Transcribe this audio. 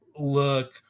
look